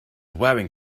wearing